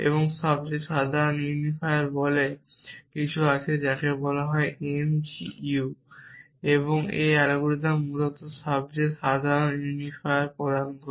এবং সবচেয়ে সাধারণ ইউনিফায়ার বলে কিছু আছে যাকে বলা হয় m g u এবং এই অ্যালগরিদমটি মূলত সবচেয়ে সাধারণ ইউনিফায়ার প্রদান করে